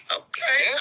okay